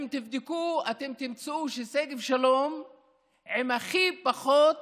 אם תבדקו תמצאו ששגב שלום הוא עם הכי פחות